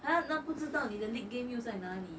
!huh! 那不知道你的 league game 又在哪里